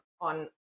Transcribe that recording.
on